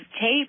tape